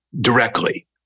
directly